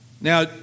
Now